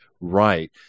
right